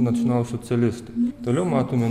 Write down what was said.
nacionalsocialistai toliau matome